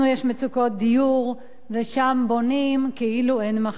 לנו יש מצוקות דיור, ושם בונים כאילו אין מחר.